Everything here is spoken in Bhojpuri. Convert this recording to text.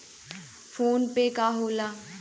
फोनपे का होला?